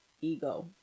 ego